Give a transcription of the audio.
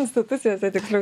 institucijose tiksliau